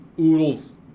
oodles